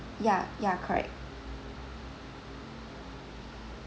ya ya correct